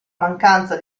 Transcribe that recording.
mancanza